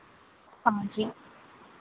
हाँ जी